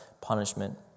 punishment